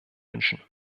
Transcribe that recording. wünschen